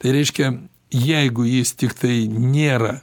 tai reiškia jeigu jis tiktai nėra